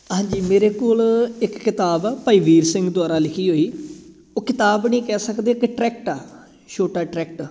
ਹਾਂਜੀ ਮੇਰੇ ਕੋਲ ਇੱਕ ਕਿਤਾਬ ਆ ਭਾਈ ਵੀਰ ਸਿੰਘ ਦੁਆਰਾ ਲਿਖੀ ਹੋਈ ਉਹ ਕਿਤਾਬ ਨਹੀਂ ਕਹਿ ਸਕਦੇ ਇੱਕ ਟਰੈਕਟ ਆ ਛੋਟਾ ਟਰੈਕਟ